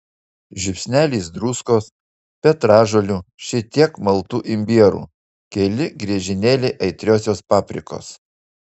žiupsnelis druskos petražolių šiek tiek maltų imbierų keli griežinėliai aitriosios paprikos